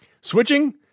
Switching